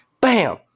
bam